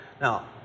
Now